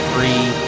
Free